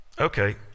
Okay